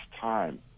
time